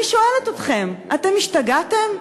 אני שואלת אתכם: אתם השתגעתם?